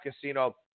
casino